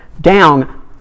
down